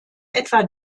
etwa